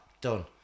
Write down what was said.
done